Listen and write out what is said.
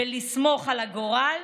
בלסמוך על הגורל?